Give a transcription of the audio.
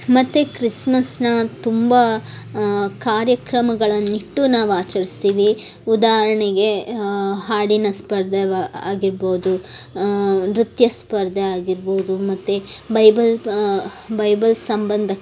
ಮತ್ತು ಕ್ರಿಸ್ಮಸನ್ನು ತುಂಬ ಕಾರ್ಯಕ್ರಮಗಳನ್ನಿಟ್ಟು ನಾವು ಆಚರಿಸ್ತೀವಿ ಉದಾಹರಣೆಗೆ ಹಾಡಿನ ಸ್ಪರ್ಧೆ ಆಗಿರ್ಬೋದು ನೃತ್ಯ ಸ್ಪರ್ಧೆ ಆಗಿರ್ಬೋದು ಮತ್ತು ಬೈಬಲ್ ಬೈಬಲ್ ಸಂಬಂಧ